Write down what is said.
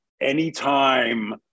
anytime